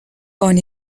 born